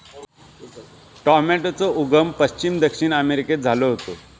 टॉमेटोचो उगम पश्चिम दक्षिण अमेरिकेत झालो होतो